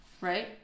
Right